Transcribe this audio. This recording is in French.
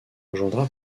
rejoindra